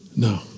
No